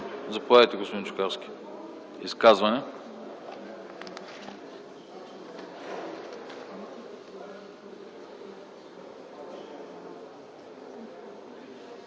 Заповядайте, господин Чукарски – изказване.